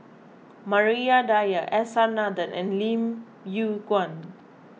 Maria Dyer S R Nathan and Lim Yew Kuan